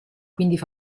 quindi